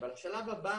אבל השלב הבא